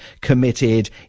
committed